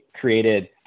created